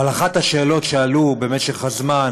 אבל אחת השאלות שעלו עם הזמן